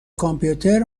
کامپیوتر